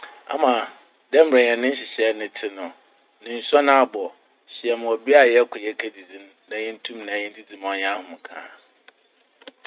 Ama! Dɛ mbrɛ hɛn nhyehyɛe no tse no, nensuon abɔ. Hyia me wɔ bea a yɛkɔ yekedzidzi n' na yentum yendzidzi ma ɔnyɛ ahomka.